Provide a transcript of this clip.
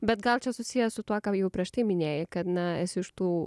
bet gal čia susiję su tuo ką jau prieš tai minėjai kad na esu iš tų